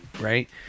right